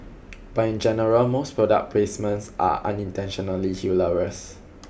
but in general most product placements are unintentionally hilarious